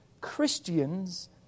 Christians